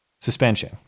suspension